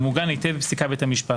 מעוגן היטב בפסיקת בית המשפט.